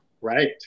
Right